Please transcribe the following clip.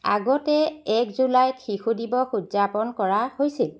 আগতে এক জুলাইত শিশু দিৱস উদযাপন কৰা হৈছিল